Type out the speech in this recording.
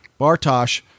bartosh